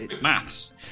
maths